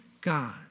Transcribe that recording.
God